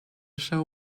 show